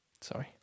Sorry